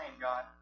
God